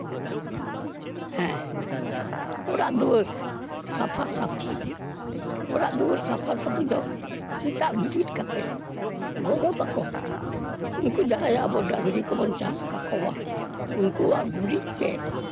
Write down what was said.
ᱦᱮᱸ ᱚᱲᱟᱜ ᱫᱩᱣᱟᱹᱨ ᱥᱟᱯᱷᱟ ᱥᱟᱹᱯᱷᱤ ᱚᱲᱟᱜ ᱫᱩᱣᱟᱹᱨ ᱥᱟᱯᱷᱟ ᱥᱟᱹᱯᱷᱤ ᱫᱚ ᱥᱮᱛᱟᱜ ᱵᱮᱨᱮᱫ ᱠᱟᱛᱮ ᱜᱚᱜᱚ ᱛᱟᱠᱚ ᱩᱱᱠᱩ ᱡᱟᱦᱟᱸᱭ ᱟᱵᱚ ᱰᱟᱝᱨᱤ ᱠᱚᱵᱚᱱ ᱪᱟᱥ ᱠᱟᱠᱚᱣᱟ ᱩᱱᱠᱩᱣᱟᱜ ᱜᱩᱨᱤᱡ ᱛᱮ